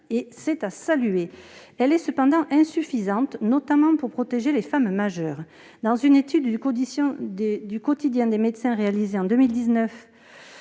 est à saluer. Elle est cependant insuffisante, notamment pour protéger les femmes majeures. Dans une étude du réalisée en 2019